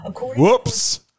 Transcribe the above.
whoops